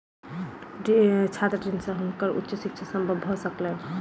छात्र ऋण से हुनकर उच्च शिक्षा संभव भ सकलैन